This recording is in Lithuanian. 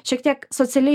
šiek tiek socialiai